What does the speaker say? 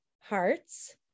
hearts